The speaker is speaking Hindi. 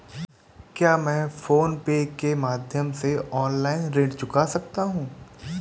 क्या मैं फोन पे के माध्यम से ऑनलाइन ऋण चुका सकता हूँ?